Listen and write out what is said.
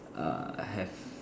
err have